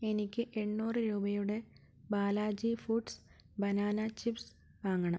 എനിക്ക് എണ്ണൂറ് രൂപയുടെ ബാലാജി ഫുഡ്സ് ബനാന ചിപ്സ് വാങ്ങണം